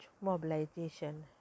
mobilization